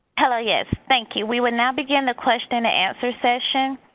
hello yes thank you. we will now begin the question and answer session.